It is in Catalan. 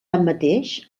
tanmateix